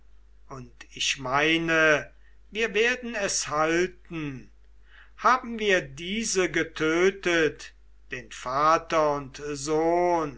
und ich meine wir werden es halten haben wir diese getötet den vater und sohn